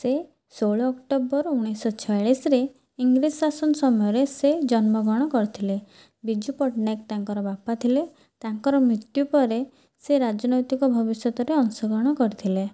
ସେ ଷୋହଳ ଅକ୍ଟୋବର ଉଣେଇଶହ ଛୟାଳିଶରେ ଇଂରେଜ ଶାସନ ସମୟରେ ସେ ଜନ୍ମ ଗ୍ରହଣ କରିଥିଲେ ବିଜୁ ପଟ୍ଟନାୟକ ତାଙ୍କର ବାପା ଥିଲେ ତାଙ୍କର ମୃତ୍ୟୁ ପରେ ସେ ରାଜନୈତିକ ଭବିଷ୍ୟତରେ ଅଂଶଗ୍ରହଣ କରିଥିଲେ